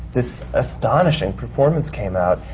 this astonishing performance came out.